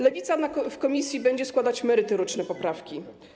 Lewica w komisji będzie składać merytoryczne poprawki.